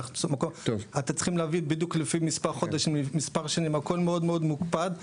הכול מאוד מאוד מוקפד.